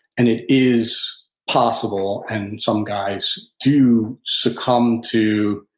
and it is possible, and some guys do, succumb to